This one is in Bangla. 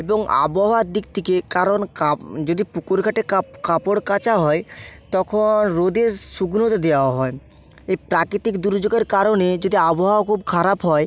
এবং আবহাওয়ার দিক থেকে কারণ কাপ যদি পুকুর ঘাটে কাপড় কাচা হয় তখন রোদের শুকনোতে দেওয়া হয় এই প্রাকৃতিক দুর্যোগের কারণে যদি আবহাওয়া খুব খারাপ হয়